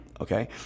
okay